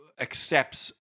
accepts